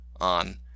on